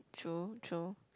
true true